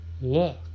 Look